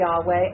Yahweh